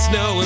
no